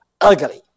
ugly